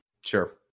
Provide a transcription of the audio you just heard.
Sure